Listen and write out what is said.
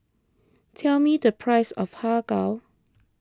tell me the price of Har Kow